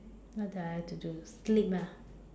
what do I like to do sleep ah